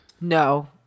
No